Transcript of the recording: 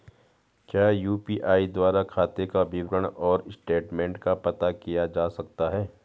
क्या यु.पी.आई द्वारा खाते का विवरण और स्टेटमेंट का पता किया जा सकता है?